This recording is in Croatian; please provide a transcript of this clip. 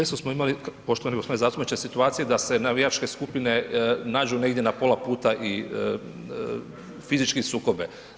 Često smo imali poštovani gospodine zastupniče situacije da se navijačke skupine nađu negdje na pola puta i fizički sukobe.